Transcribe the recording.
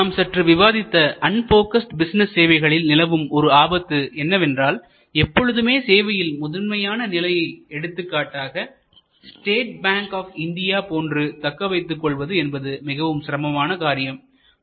நாம் சற்று விவாதித்த அன்போகஸ்டு பிசினஸ் சேவைகளில் நிலவும் ஒரு ஆபத்து என்ன என்றால் எப்பொழுதுமே சேவையில் முதன்மையான நிலையை எடுத்துக்காட்டாக ஸ்டேட் பாங்க் ஆப் இந்தியா போன்று தக்கவைத்துக்கொள்வது என்பது மிகச் சிரமமான காரியமாகும்